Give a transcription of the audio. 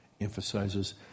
emphasizes